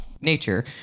nature